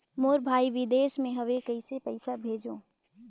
मोर भाई विदेश मे हवे कइसे पईसा भेजो?